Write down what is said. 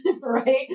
right